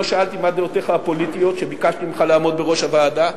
לא שאלתי מה דעותיך הפוליטיות כשביקשתי ממך לעמוד בראש הוועדה.